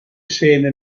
scene